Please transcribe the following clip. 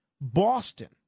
Boston